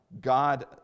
God